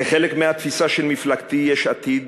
כחלק מהתפיסה של מפלגתי יש עתיד